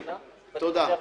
תודה.